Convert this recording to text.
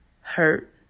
hurt